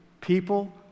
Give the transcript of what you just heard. people